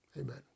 Amen